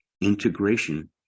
Integration